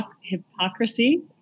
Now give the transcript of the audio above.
hypocrisy